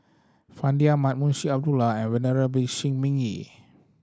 Fandi Ahmad Munshi Abdullah and Venerable Shi Ming Yi